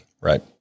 right